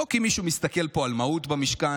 לא כי מישהו מסתכל פה על מהות במשכן,